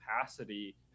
capacity